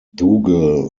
dougal